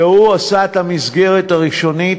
שעשה את המסגרת הראשונית.